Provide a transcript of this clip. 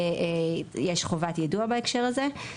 ויש חובת יידוע בהקשר הזה.